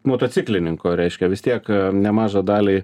motociklininko reiškia vis tiek nemažą dalį